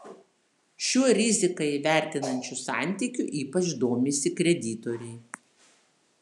šiuo riziką įvertinančiu santykiu ypač domisi kreditoriai